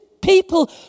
people